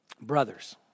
brothers